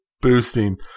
boosting